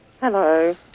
Hello